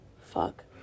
Fuck